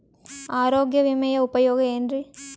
ಆರೋಗ್ಯ ವಿಮೆಯ ಉಪಯೋಗ ಏನ್ರೀ?